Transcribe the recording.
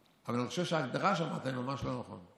אבל אני חושב שההגדרה שלך היא ממש לא נכונה.